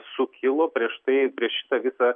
sukilo prieš štai šitą visą